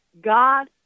God